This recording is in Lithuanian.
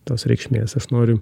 tos reikšmės aš noriu